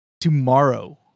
tomorrow